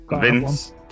vince